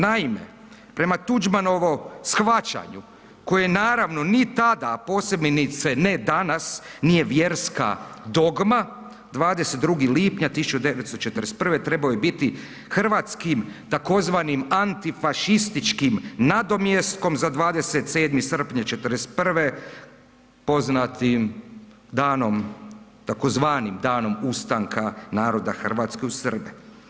Naime, prema Tuđmanovom shvaćanju koje naravno ni tada, a posebice ne danas nije vjerska dogma 22. lipnja 1941. trebao je biti hrvatskim tzv. antifašističkim nadomjeskom za 27. srpnja '41. poznatim danom tzv. danom ustanka naroda Hrvatske uz Srbe.